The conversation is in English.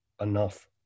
enough